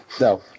No